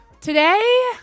Today